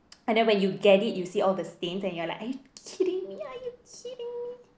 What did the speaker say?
and then when you get it you see all the stains and you are like are you kidding me are you kidding